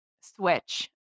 switch